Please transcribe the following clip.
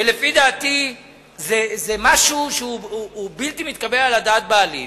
ולפי דעתי זה משהו שהוא בלתי מתקבל על הדעת בעליל.